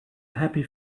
happy